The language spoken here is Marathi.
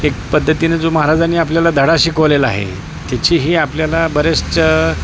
एक पद्धतीने जो महाराजांनी आपल्याला धडा शिकवलेला आहे त्याचीही आपल्याला बरेचचं